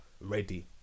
ready